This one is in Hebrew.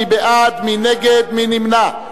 מי בעד, מי נגד, מי נמנע?